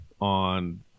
on